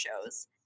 shows